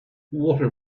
water